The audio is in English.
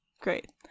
great